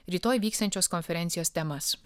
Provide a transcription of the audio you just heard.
rytoj vyksiančios konferencijos temas